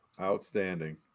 Outstanding